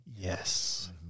yes